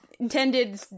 intended